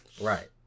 Right